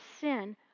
sin